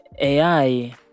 AI